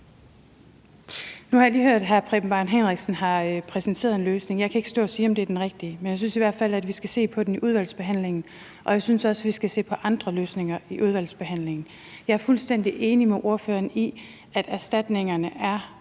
Nu har jeg lige hørt, at hr. Preben Bang Henriksen har præsenteret en løsning. Jeg kan ikke stå og sige, om det er den rigtige, men jeg synes i hvert fald, vi skal se på den i udvalgsbehandlingen, og jeg synes også, vi skal se på andre løsninger i udvalgsbehandlingen. Jeg er fuldstændig enig med ordføreren i, at erstatningerne er